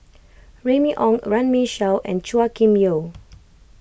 Remy Ong Runme Shaw and Chua Kim Yeow